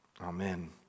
Amen